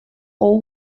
all